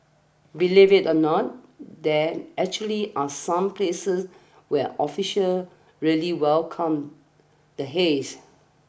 believe it or not there actually are some places where officials really welcome the haze